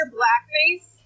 blackface